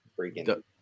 freaking